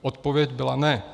Odpověď byla ne.